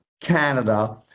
Canada